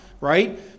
right